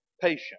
Patient